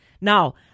Now